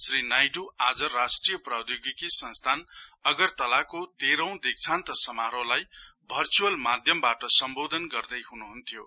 श्री नाइडु आज राष्ट्रिय प्रौधोगिकी संस्थान अगरतलाको तेह्रौं दीक्षान्त समारोहलाई भर्चअल माध्यमवाट सम्बोधन गर्दै हुनुहुन्थ्यो